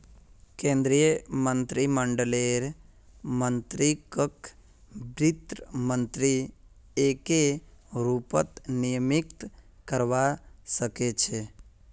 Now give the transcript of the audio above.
केन्द्रीय मन्त्रीमंडललेर मन्त्रीकक वित्त मन्त्री एके रूपत नियुक्त करवा सके छै